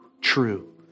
true